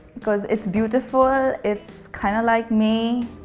cause it's beautiful. it's kind of like me.